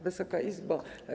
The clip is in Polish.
Wysoka Izbo!